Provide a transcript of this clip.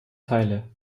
teile